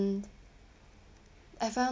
I found